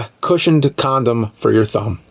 cushioned condom. for your thumb.